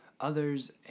others